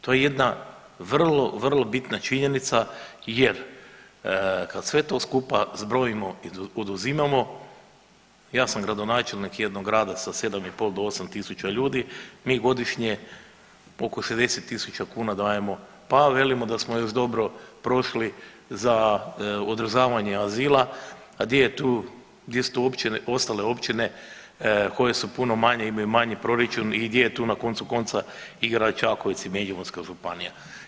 To je jedna vrlo vrlo bitna činjenica jer kad sve to skupa zbrojimo i oduzimamo, ja sam gradonačelnik jednog grada sa 7,5 do 8.000 ljudi, mi godišnje oko 60.000 kuna dajemo pa velimo da smo još dobro prošli za održavanje azila, a gdje su tu ostale općine koje su puno manje imaju manji proračun i gdje je tu na koncu konca i grad Čakovec i Međimurska županija.